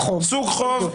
אם